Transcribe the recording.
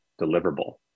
deliverable